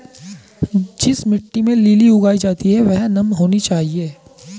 जिस मिट्टी में लिली उगाई जाती है वह नम होनी चाहिए